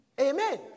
Amen